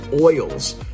oils